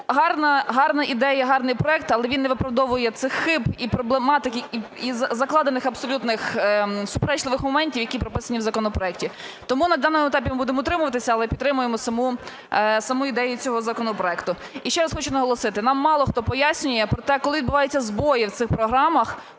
гарна ідея, гарний проект, але він не виправдовує цих хиб і проблематики, і закладених абсолютних суперечливих моментів, які прописані в законопроекті. Тому на даному етапі ми будемо утримуватися, але підтримуємо саму ідею цього законопроекту. І ще раз хочу наголосити, нам мало хто пояснює про те, коли відбуваються збої в цих програмах,